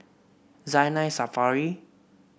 Zainal Sapari